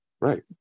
Right